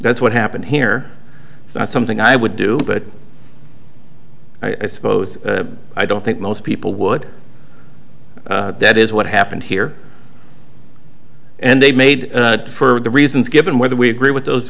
that's what happened here it's not something i would do but i suppose i don't think most people would that is what happened here and they made it for the reasons given whether we agree with those